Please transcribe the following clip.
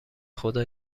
خدا